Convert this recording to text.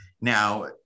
Now